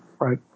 right